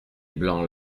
blancs